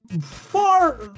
far